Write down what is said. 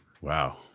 Wow